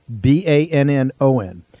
B-A-N-N-O-N